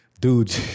Dude